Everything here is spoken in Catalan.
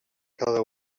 cada